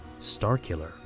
Starkiller